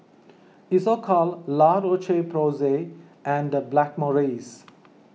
Isocal La Roche Porsay and Blackmores